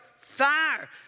fire